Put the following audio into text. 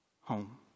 home